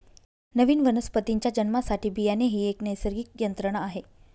नवीन वनस्पतीच्या जन्मासाठी बियाणे ही एक नैसर्गिक यंत्रणा आहे